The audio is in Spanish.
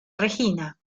regina